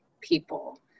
people